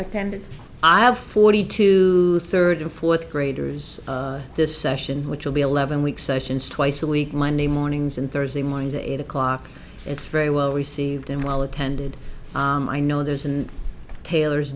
attended i have forty two third and fourth graders this session which will be eleven week sessions twice a week monday mornings and thursday morning to eight o'clock it's very well received and well attended i know there's and taylor